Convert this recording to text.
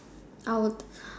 I would